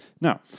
Now